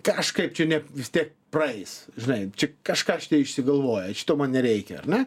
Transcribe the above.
kažkaip čia ne vis tiek praeis žinai čia kažką išsigalvoja šito man nereikia ar ne